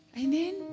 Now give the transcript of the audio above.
Amen